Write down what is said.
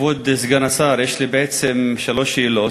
כבוד סגן השר, יש לי בעצם שלוש שאלות.